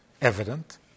Evident